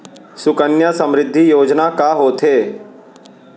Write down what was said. सुकन्या समृद्धि योजना का होथे